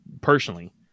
personally